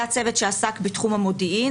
היה צוות שעסק בתחום המודיעין,